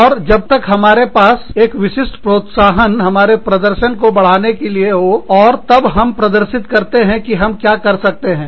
और जब तक हमारे पास एक विशिष्ट प्रोत्साहन हमारे प्रदर्शन को बढ़ाने के लिए हो और तब हम क्या कर सकते हैं प्रदर्शित करते हैं